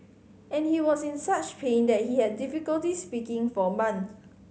and he was in such pain that he had difficulty speaking for a month